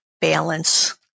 balance